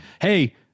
hey